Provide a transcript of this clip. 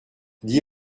dit